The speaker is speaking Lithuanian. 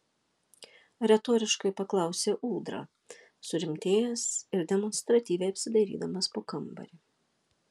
retoriškai paklausė ūdra surimtėjęs ir demonstratyviai apsidairydamas po kambarį